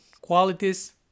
qualities